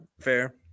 Fair